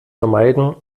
vermeiden